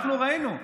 אנחנו ראינו.